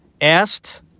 Asked